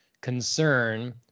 concern